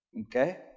okay